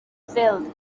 filled